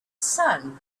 sun